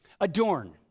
Adorn